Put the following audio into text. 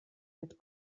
mit